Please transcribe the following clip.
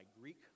Greek